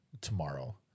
tomorrow